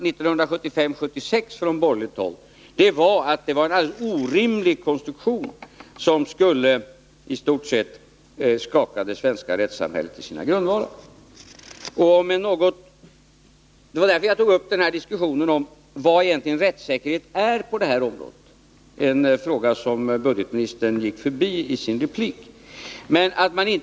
Huvudinvändningen mot skatteflyktslagen var redan 1975/76 att den hade en alldeles orimlig konstruktion, som i stort sett skulle skaka det svenska rättssamhället i sina grundvalar. Det var därför jag tog upp diskussionen om vad rättssäkerhet egentligen är på det här området, en fråga som budgetministern gick förbi i sin replik.